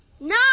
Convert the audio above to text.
No